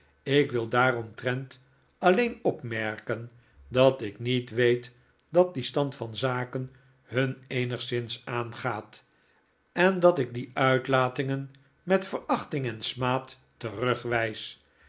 ik wil daaromtrent alleen oprrierken dat ik niet weet dat die stand van zaken hun eenigszins aangaat en dat ik die uitlatingen met verachting en smaad terugwijs